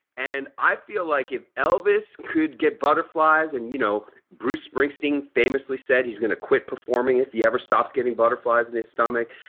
and i feel like you elvis could get butterflies and you know bruce springsteen famously said he's going to quit performing if he ever stops getting butterflies in his stomach,